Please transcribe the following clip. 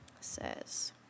Says